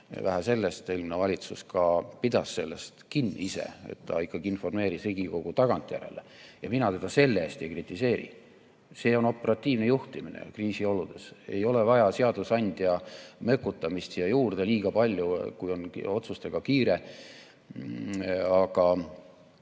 Vähe sellest, eelmine valitsus ka pidas sellest ise kinni, ta ikkagi informeeris Riigikogu tagantjärele. Mina teda selle eest ei kritiseeri. See on operatiivne juhtimine kriisioludes, ei ole vaja seadusandja mökutamist siia juurde liiga palju, kui ongi otsustega kiire. Aga